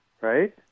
right